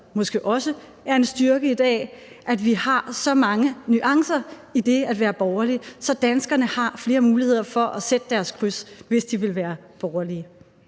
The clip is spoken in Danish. måske også er en styrke i dag, altså at vi har så mange nuancer i det at være borgerlig, at danskerne har flere muligheder for at sætte deres kryds, hvis de er borgerlige.